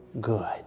good